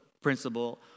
principle